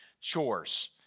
chores